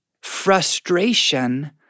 frustration